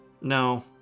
No